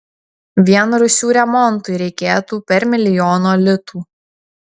vien rūsių remontui reikėtų per milijono litų